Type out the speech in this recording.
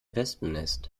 wespennest